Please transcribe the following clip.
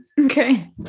okay